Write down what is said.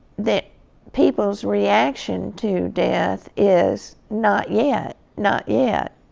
that people's reaction to death is not yet, not yet.